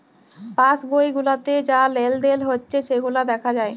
pass বই গুলাতে যা লেলদেল হচ্যে সেগুলা দ্যাখা যায়